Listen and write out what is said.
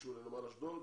שקשור לנמל אשדוד.